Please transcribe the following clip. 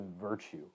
virtue